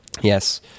Yes